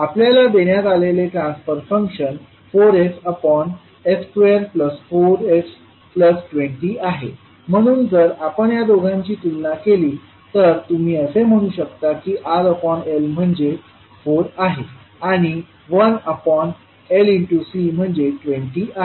आपल्याला देण्यात आलेले transfer function 4s upon s square plus 4 S plus 20 आहे म्हणून जर आपण या दोघांची तुलना केली तर तुम्ही असे म्हणू शकता की RL म्हणजे 4 आहे आणि 1LC म्हणजे 20 आहे